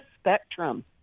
spectrum